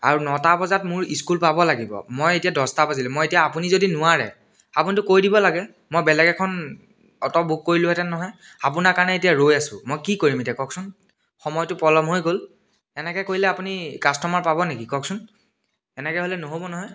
আৰু নটা বজাত মোৰ স্কুল পাব লাগিব মই এতিয়া দহটা বাজিল মই এতিয়া আপুনি যদি নোৱাৰে আপুনিতো কৈ দিব লাগে মই বেলেগ এখন অট' বুক কৰিলোহেঁতেন নহয় আপোনাৰ কাৰণে এতিয়া ৰৈ আছোঁ মই কি কৰিম এতিয়া কওকচোন সময়টো এতিয়া পলম হৈ গ'ল এনেকৈ কৰিলে আপুনি কাষ্টমাৰ পাব নেকি কওকচোন এনেকৈ হ'লে নহ'ব নহয়